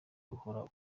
ukora